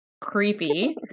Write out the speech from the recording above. creepy